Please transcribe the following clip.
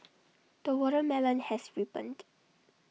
the watermelon has ripened